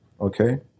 okay